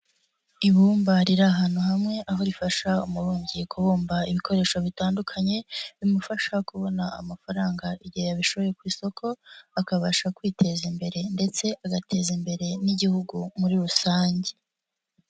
Ibumba riri ahantu hamwe aho rifasha umumbyi kubumba ibikoresho bitandukanye, bimufasha kubona amafaranga igihe yabishoye ku isoko, akabasha kwiteza imbere ndetse agateza imbere n'igihugu muri rusange.